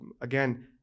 again